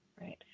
right